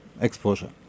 exposure